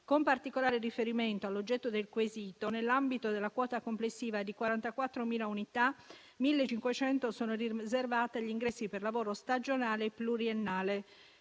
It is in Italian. Con particolare riferimento all'oggetto del quesito, nell'ambito della quota complessiva di 44.000 unità, 1.500 sono riservate agli ingressi per lavoro stagionale pluriennale